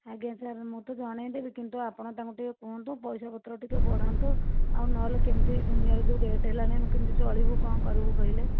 ଆଜ୍ଞା ସାର୍ ମତେ ଜଣେଇଦେବେ ଯେ କିନ୍ତୁ ଆପଣ ତାଙ୍କୁ ଟିକିଏ କୁହନ୍ତୁ ପଇସା ପତ୍ର ଟିକେ ବଢ଼ାନ୍ତୁ ଆଉ ନହେଲେ କେମିତି ଦୁନିଆରେ ଯେଉଁ ରେଟ ହେଲାଣି କେମିତି ଚଳିବୁ କ'ଣ କରିବୁ କହିଲେ